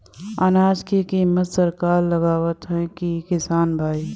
अनाज क कीमत सरकार लगावत हैं कि किसान भाई?